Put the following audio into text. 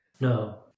No